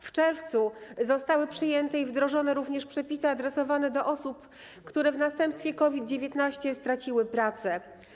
W czerwcu zostały przyjęte i wdrożone również przepisy adresowane do osób, które w następstwie COVID-19 straciły pracę.